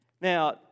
Now